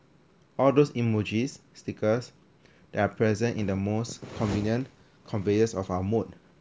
all those emojis stickers there are present in the most convenient conveyance of our mood